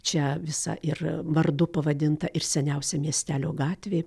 čia visa ir vardu pavadinta ir seniausia miestelio gatvė